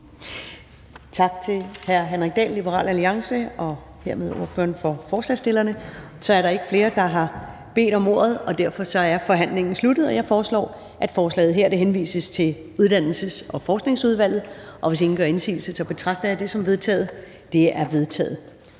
Tak til hr. Henrik Dahl, Liberal Alliance. Det var hermed ordføreren for forslagsstillerne. Så er der ikke flere, der har bedt om ordet, og derfor er forhandlingen sluttet. Jeg foreslår, at forslaget her henvises til Uddannelses- og Forskningsudvalget. Hvis ingen gør indsigelse, betragter jeg det som vedtaget. Det er vedtaget.